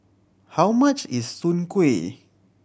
how much is soon kway